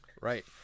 Right